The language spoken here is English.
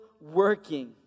working